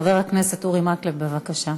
חבר הכנסת אורי מקלב, בבקשה.